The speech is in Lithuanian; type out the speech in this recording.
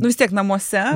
nu vis tiek namuose